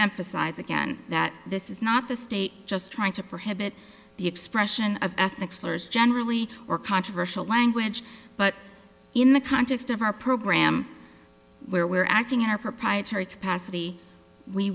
emphasize again that this is not the state just trying to prohibit the expression of ethnic slurs generally or controversial language but in the context of our program where we're acting in our proprietary capacity we